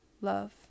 love